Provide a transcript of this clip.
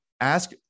ask